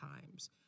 times